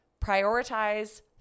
prioritize